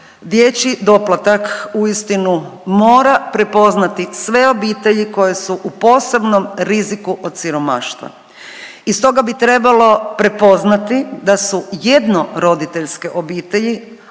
dječji doplatak uistinu mora prepoznati sve obitelji koje su u posebnom riziku od siromaštva. I stoga bi trebalo prepoznati da su jednoroditeljske obitelji,